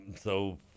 so-